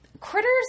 Critters